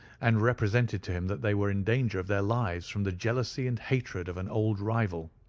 and represented to him that they were in danger of their lives from the jealousy and hatred of an old rival.